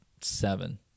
seven